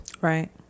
Right